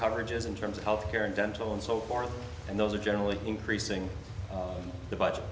coverages in terms of health care and dental and so forth and those are generally increasing the bu